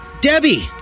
Debbie